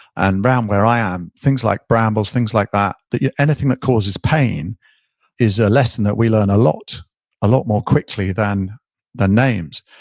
and around where i am things like brambles, things like that that yeah anything that causes pain is a lesson that we learn a lot a lot more quickly than names.